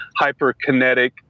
hyperkinetic